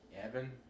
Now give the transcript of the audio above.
Evan